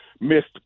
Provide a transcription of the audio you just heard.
missed